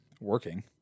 working